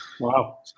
wow